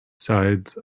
sides